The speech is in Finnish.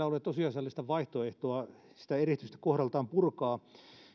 ole tosiasiallista vaihtoehtoa sitä eristystä kohdaltaan purkaa